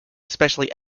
especially